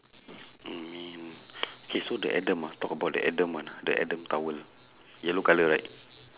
I mean K so the adam ah talk abut the adam one ah the adam towel yellow colour right